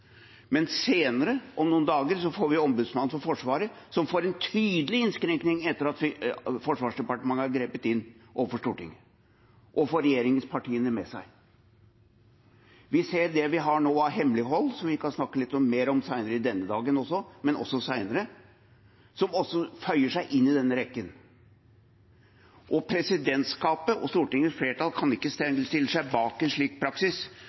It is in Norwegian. men senere, om noen dager, er det Ombudsmannen for Forsvaret, som får en tydelig innskrenking etter at Forsvarsdepartementet har grepet inn overfor Stortinget – og får regjeringspartiene med seg. Vi ser det vi nå har av hemmelighold. Det skal vi snakke litt mer om senere i dag, men også senere, og som føyer seg inn i denne rekken. Presidentskapet og Stortingets flertall kan ikke stille seg bak en slik praksis